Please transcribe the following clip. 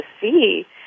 see